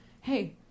Hey